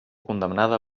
condemnada